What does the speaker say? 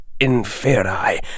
inferi